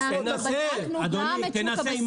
אנחנו בדקנו גם את שוק הבשר.